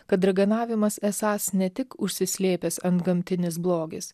kad raganavimas esąs ne tik užsislėpęs antgamtinis blogis